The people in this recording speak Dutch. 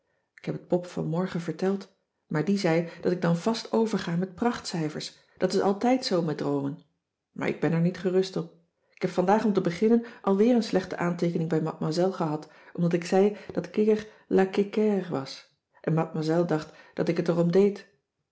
ik heb t pop vanmorgen verteld maar die zei dat ik dan vast overga met prachtcijfers dat is altijd zoo met droomen maar ik ben er niets gerust op k heb vandaag om te beginnen al weer een slechte aanteekening bij mademoiselle gehad omdat ik zei dat kikker la kikère was en mademoiselle dacht dat ik het erom deed